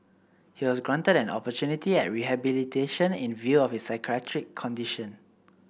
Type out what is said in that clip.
he was granted an opportunity at rehabilitation in view of his psychiatric condition